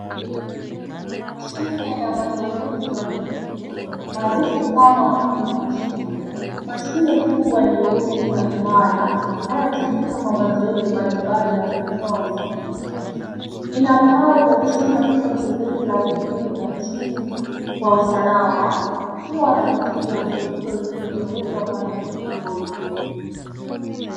Mashine ya mazoezi ya uzito maarufu kama Smith mashine . Mashine kubwa nyeusi na imara inayotumika kwa mazoezi mbalimbali ya kuinua uzito. Ina pau ya chuma inayoteleza juu na chini kwa usalama, ikiwa na diski ya uzito zilizowekwa pande mbili zake.